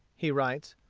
he writes,